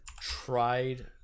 tried